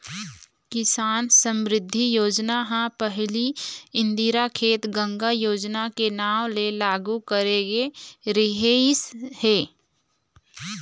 किसान समरिद्धि योजना ह पहिली इंदिरा खेत गंगा योजना के नांव ले लागू करे गे रिहिस हे